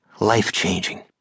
Life-changing